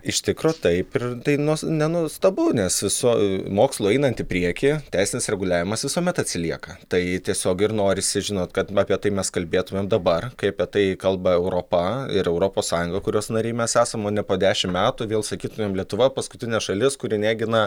iš tikro taip ir tai nuos ne nuostabu nes viso mokslui einant į priekį teisinis reguliavimas visuomet atsilieka tai tiesiog ir norisi žinot kad apie tai mes kalbėtumėm dabar kai apie tai kalba europa ir europos sąjunga kurios nariai mes esam ne po dešimt metų vėl sakytumėm lietuva paskutinė šalis kuri negina